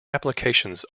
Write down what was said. applications